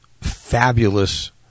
fabulous